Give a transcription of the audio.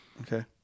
Okay